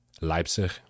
Leipzig